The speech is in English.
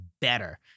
better